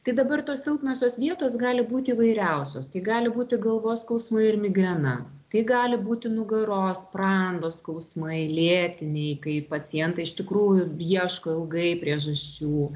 tai dabar tos silpnosios vietos gali būti įvairiausios tai gali būti galvos skausmai ir migrena tai gali būti nugaros sprando skausmai lėtiniai kai pacientai iš tikrųjų ieško ilgai priežasčių